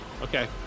Okay